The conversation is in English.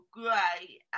great